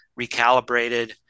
recalibrated